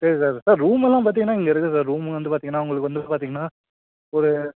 சரி sir sir ரூமெல்லாம் பார்த்திங்கன்னா இங்கே இருக்குது சார் ரூமு வந்து பார்த்திங்கன்னா உங்களுக்கு வந்து பார்த்திங்கன்னா ஒரு